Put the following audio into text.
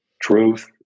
truth